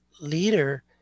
leader